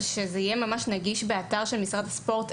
אליו אפשר לפנות יהיה נגיש באתר של משרד הספורט.